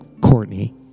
Courtney